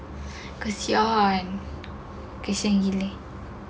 kesian kesian gila